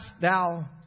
thou